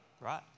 Right